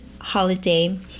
holiday